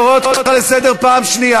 קראתי אותו לסדר, הכול בסדר.